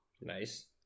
Nice